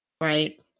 right